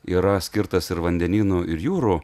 yra skirtas ir vandenynų ir jūrų